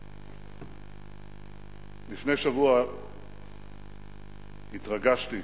לפני שבוע התרגשתי.